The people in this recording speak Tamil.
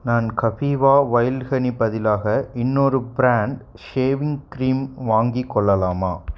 நான் கபீவா ஒயில்ட் ஹனி பதிலாக இன்னொரு ப்ராண்ட் ஷேவிங் க்ரீம் வாங்கிக்கொள்ளலாமா